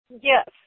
Yes